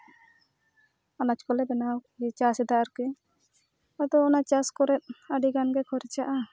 ᱟᱱᱟᱡᱽ ᱠᱚᱞᱮ ᱵᱮᱱᱟᱣ ᱪᱟᱥᱮᱫᱟ ᱟᱨᱠᱤ ᱟᱫᱚ ᱚᱱᱟ ᱪᱟᱥ ᱠᱚᱨᱮᱫ ᱟᱹᱰᱤᱜᱟᱱ ᱜᱮ ᱠᱷᱚᱨᱪᱟᱜᱼᱟ